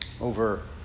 over